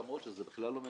למרות שזה בכלל לא משנה,